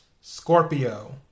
Scorpio